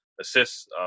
Assists